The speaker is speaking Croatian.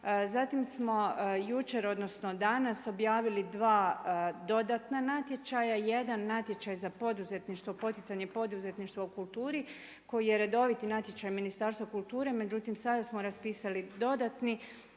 Zatim smo jučer odnosno danas objavili dva dodatna natječaja, jedan natječaj za poduzetništvo, poticanje poduzetništva u kulturi koji je redoviti natječaj Ministarstva kulture, međutim sada smo raspisali dodatni